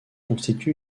constitue